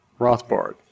Rothbard